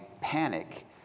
panic